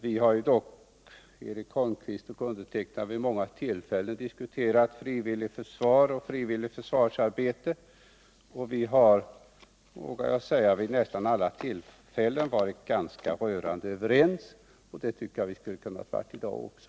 Vi två har dock vid många tillfällen diskuterat frivilligt törsvar och frivilligt försvarsarbete, och jag vågar säga att vi vid nästan alla uillfällen varit rörande överens. Det tycker jag vi skulle kunna vara i dag också.